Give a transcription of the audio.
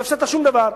לא הפסדת שום דבר.